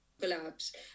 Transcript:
collapse